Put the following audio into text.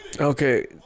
Okay